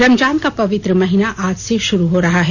रमजान का पवित्र महीना आज से शुरू हो रहा है